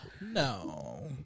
No